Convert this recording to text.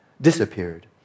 disappeared